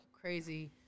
crazy